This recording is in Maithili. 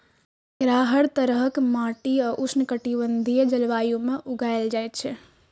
एकरा हर तरहक माटि आ उष्णकटिबंधीय जलवायु मे उगायल जाए छै